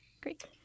Great